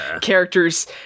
characters